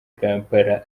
kampala